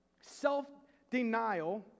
Self-denial